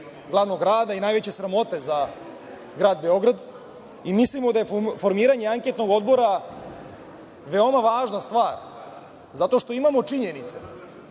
i najveće sramote za grad Beograd. Mislimo da je formiranje anketnog odbora veoma važna stvar, zato što imamo činjenice